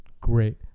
great